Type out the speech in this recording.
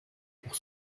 pour